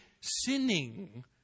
sinning